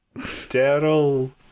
Daryl